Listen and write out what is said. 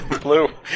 Blue